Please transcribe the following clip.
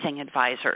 advisors